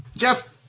Jeff